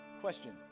Question